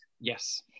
Yes